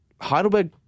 Heidelberg